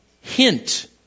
hint